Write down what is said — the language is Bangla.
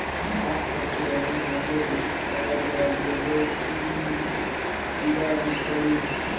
আখ থ্যাকে অলেক ধরলের জিলিস পাওয়া যায় যেমল চিলি, সিরাপ ইত্যাদি